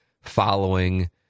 following